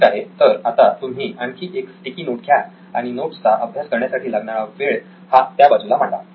ठीक आहे तर आता तुम्ही आणखी एक स्टिकी नोट घ्या आणि नोट्स चा अभ्यास करण्यासाठी लागणारा वेळ हा त्याबाजूला मांडा